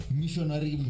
missionary